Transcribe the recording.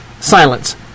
Silence